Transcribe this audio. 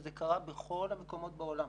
וזה קרה בכל המקומות בעולם.